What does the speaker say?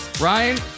Ryan